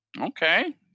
Okay